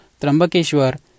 Trambakeshwar